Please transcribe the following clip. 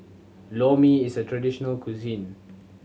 Lor Mee is a traditional cuisine